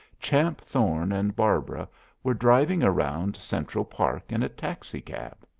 champ thorne and barbara were driving around central park in a taxicab.